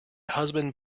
husband